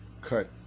cut